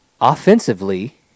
offensively